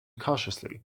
cautiously